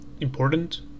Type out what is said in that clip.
important